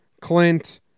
Clint